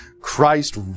Christ